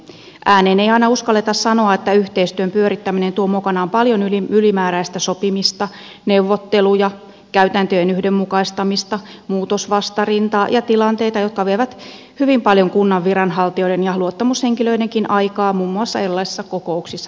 ääneen ei aina uskalleta sanoa että yhteistyön pyörittäminen tuo mukanaan paljon ylimääräistä sopimista neuvotteluja käytäntöjen yhdenmukaistamista muutosvastarintaa ja tilanteita jotka vievät hyvin paljon kunnan viranhaltijoiden ja luottamushenkilöidenkin aikaa jota kuluu muun muassa erilaisissa kokouksissa istumiseen